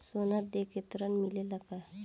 सोना देके ऋण मिलेला का?